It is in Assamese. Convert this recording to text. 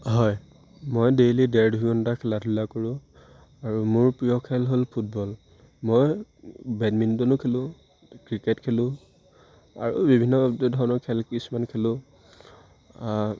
হয় মই ডেইলী ডেৰ দুঘণ্টা খেলা ধূলা কৰোঁ আৰু মোৰ প্ৰিয় খেল হ'ল ফুটবল মই বেডমিণ্টনো খেলোঁ ক্ৰিকেট খেলোঁ আৰু বিভিন্ন ধৰণৰ খেল কিছুমান খেলোঁ